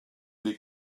des